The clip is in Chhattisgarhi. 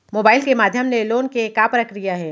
मोबाइल के माधयम ले लोन के का प्रक्रिया हे?